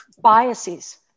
biases